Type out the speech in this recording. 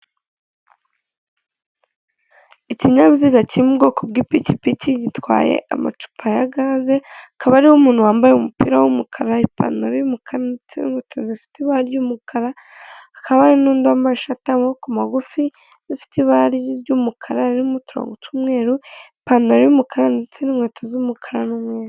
Ikinyabiziga kiri mu bwoko bw'ipikipiki gitwaye amacupa ya gaze, akaba ariho umuntu wambaye umupira w'umukara, ipantaro y'umukara, ndetse n'inkweto zifite ibara ry'umukara, hakaba hari n'undi wambaye ishati y'amaboko magufi, bifite ibara ry'umukara, ririmo uturonko mu tw'umweru, ipantaro y'umukara, ndetse n'inkweto z'umukara n'umweru.